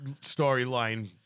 storyline